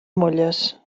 molles